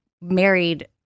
married